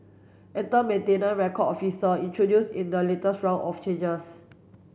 enter maintenance record officer introduced in the latest round of changes